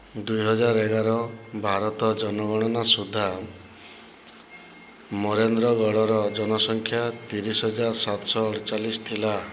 ଦୁଇ ହଜାର ଏଗାର ଭାରତ ଜନଗଣନା ସୁଦ୍ଧା ମରେନ୍ଦ୍ରଗଡ଼ର ଜନସଂଖ୍ୟା ତିରିଶ ହଜାର ସାତଶହ ଅଠଚାଳିଶ ଥିଲା